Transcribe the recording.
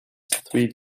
three